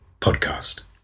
podcast